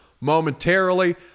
momentarily